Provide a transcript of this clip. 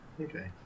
okay